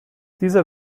dieser